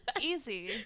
easy